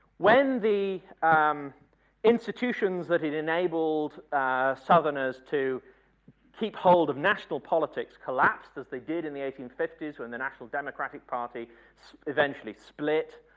when the um institutions that had enabled southerners to keep hold of national politics collapsed as they did in the eighteen fifty s when the national democratic party eventually split,